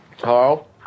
Carl